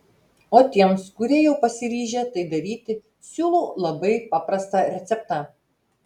o tiems kurie jau pasiryžę tai daryti siūlau labai paprastą receptą